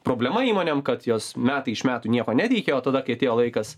problema įmonėm kad jos metai iš metų nieko nereikia o tada kai atėjo laikas